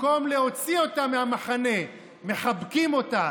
במקום להוציא אותה מהמחנה מחבקים אותה,